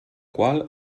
qual